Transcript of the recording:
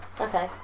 Okay